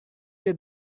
quai